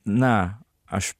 na aš